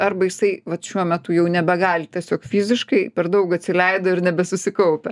arba jisai vat šiuo metu jau nebegali tiesiog fiziškai per daug atsileido ir nebesusikaupia